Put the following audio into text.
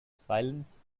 silence